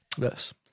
Yes